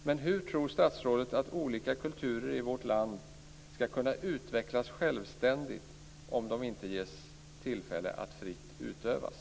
Men hur tror statsrådet att olika kulturer i vårt land ska kunna utvecklas självständigt om de inte ges tillfälle att fritt utövas?